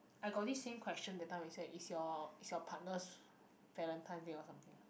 I got this same question that time we say is your is your partner's valentine day or something